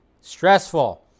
Stressful